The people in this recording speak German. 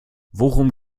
worum